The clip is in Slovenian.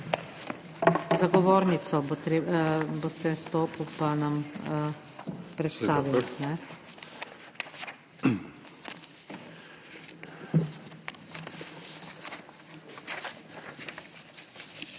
Za govornico boste stopil, pa nam predstavili.